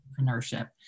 entrepreneurship